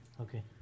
okay